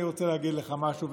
אני רוצה להגיד לך משהו,